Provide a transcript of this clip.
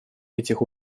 этих